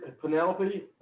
Penelope